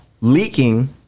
leaking